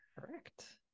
Correct